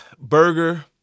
Burger